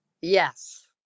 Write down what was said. Yes